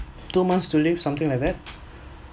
two months to live something like that